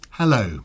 Hello